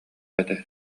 этэ